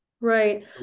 Right